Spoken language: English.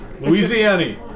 Louisiana